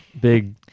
Big